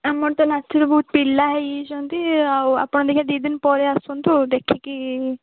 ଆମର ତ ନାଚରେ ବହୁତ ପିଲା ହେଇଯାଇଛନ୍ତି ଆଉ ଆପଣ ଟିକେ ଦୁଇ ଦିନ ପରେ ଆସନ୍ତୁ ଦେଖିକି